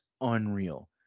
unreal